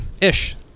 Ish